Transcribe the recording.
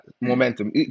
momentum